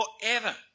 forever